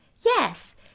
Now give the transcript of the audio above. Yes